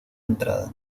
entrada